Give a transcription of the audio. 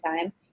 time